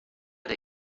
der